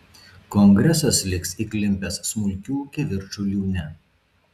kongresas liks įklimpęs smulkių kivirčų liūne